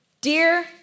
Dear